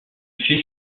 fait